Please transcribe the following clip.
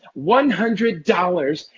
one hundred dollars.